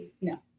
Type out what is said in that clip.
No